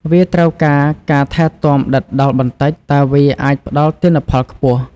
វាត្រូវការការថែទាំដិតដល់បន្តិច តែវាអាចផ្ដល់ទិន្នផលខ្ពស់។